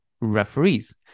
referees